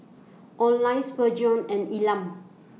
Oline Spurgeon and Elam